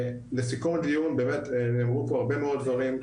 לסיכום הדיון, באמת נאמרו פה הרבה מאוד דברים,